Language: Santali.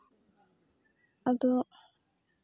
ᱟᱫᱚ